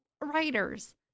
writers